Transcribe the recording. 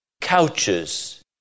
Couches